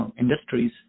industries